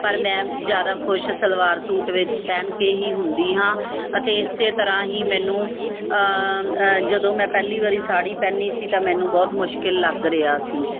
ਪਰ ਮੈਂ ਜਿਆਦਾ ਖੁਸ਼ ਸਲਵਾਰ ਸੂਟ ਵਿੱਚ ਪਾ ਕੇ ਹੀ ਹੁੰਦੀ ਹਾਂ ਅਤੇ ਇਸੇ ਤਰ੍ਹਾਂ ਹੀ ਮੈਨੂੰ ਜਦੋਂ ਮੈਂ ਪਹਿਲੀ ਵਾਰੀ ਸਾੜੀ ਪਹਿਨੀ ਸੀ ਤਾਂ ਮੈਨੂੰ ਬਹੁਤ ਮੁਸ਼ਕਿਲ ਲੱਗ ਰਿਹਾ ਸੀ